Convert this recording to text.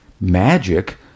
magic